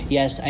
Yes